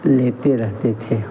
लेते रहते थे